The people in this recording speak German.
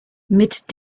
mit